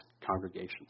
congregations